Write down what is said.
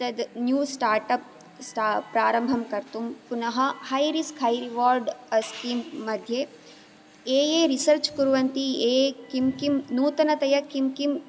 तत् new startup स्टा प्रारम्भं कर्तुं पुनः है रिस्क् है रिवार्ड् स्कीं मध्ये ये ये रिसर्च् कुर्वन्ति ये ये किं किं नूतनतया किं किम्